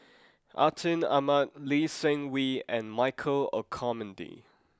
Atin Amat Lee Seng Wee and Michael Olcomendy